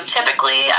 Typically